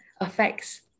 affects